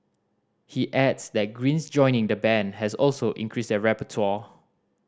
he adds that Green's joining the band has also increased their repertoire